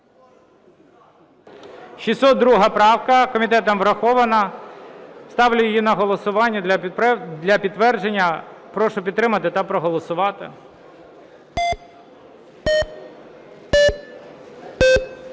602 правка комітетом врахована. Ставлю її на голосування для підтвердження. Прошу підтримати та проголосувати.